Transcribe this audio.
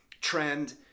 trend